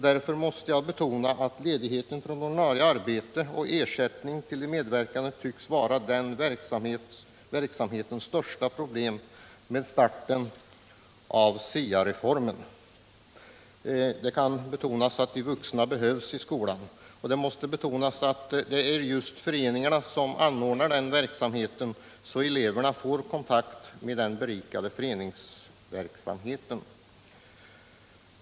Jag måste betona att ledigheten från ordinarie arbete och ersättningen till de medverkande tycks vara verksamhetens största problem vid starten av STA reformen. De vuxna behövs i skolan, och det är just föreningar som skall anordna denna medverkan, så att eleverna får kontakt med den berikande föreningsverksamheten.